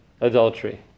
adultery